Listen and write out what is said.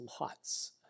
lots